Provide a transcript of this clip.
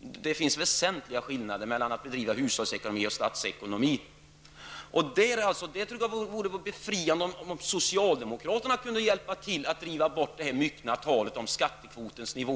Det finns väsentliga skillnader mellan att bedriva hushållsekonomi och statsekonomi. Det vore befriande om socialdemokraterna kunde hjälpa till att få bort det myckna talet om skattekvotens nivå.